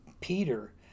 Peter